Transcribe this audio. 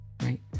right